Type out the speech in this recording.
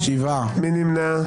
מי נמנע?